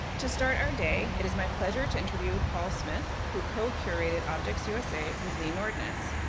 to start our day, it is my pleasure to interview paul smith, who co-curated objects usa with lee nordness.